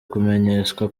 kumenyeshwa